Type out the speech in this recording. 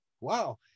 wow